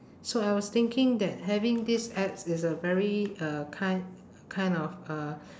so I was thinking that having these apps is a very uh kind kind of uh